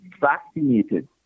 vaccinated